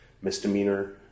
misdemeanor